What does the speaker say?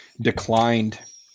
declined